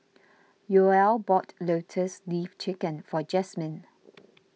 Yoel bought Lotus Leaf Chicken for Jasmyn